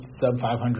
sub-500